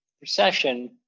recession